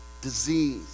disease